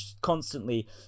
constantly